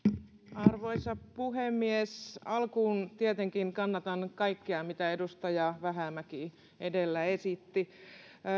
arvoisa puhemies alkuun tietenkin kannatan kaikkea mitä edustaja vähämäki edellä esitti